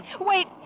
Wait